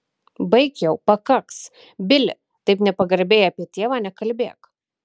baik jau pakaks bili taip nepagarbiai apie tėvą nekalbėk